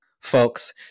folks